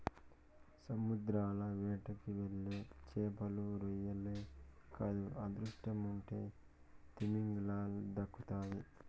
సముద్రంల వేటకెళ్తే చేపలు, రొయ్యలే కాదు అదృష్టముంటే తిమింగలం దక్కతాది